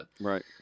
right